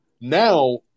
now